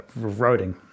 roading